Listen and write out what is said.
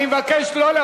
אני מבקש לא,